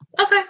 Okay